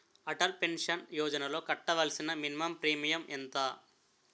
Atal pension యోజనలో కట్టవలసిన minimum premium ఎంత?